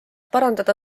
parandada